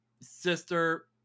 sister